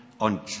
on